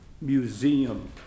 Museum